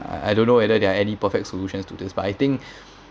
I I don't know whether there are any perfect solutions to this but I think